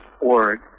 org